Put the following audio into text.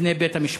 בפני בית-המשפט.